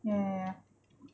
ya ya ya